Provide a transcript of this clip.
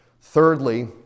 Thirdly